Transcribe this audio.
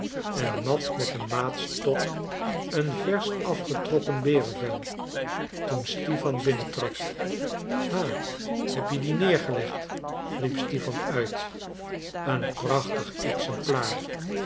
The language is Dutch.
en mat met een maatstok een versch afgetrokken berenvel toen stipan binnen trad ha heb je dien neergelegd riep stipan uit een prachtig exemplaar